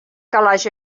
calaix